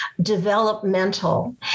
developmental